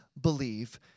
believe